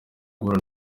guhura